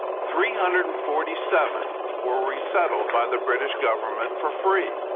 three hundred and forty seven were resettled by the british government for free.